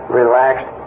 relaxed